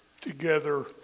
together